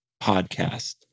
podcast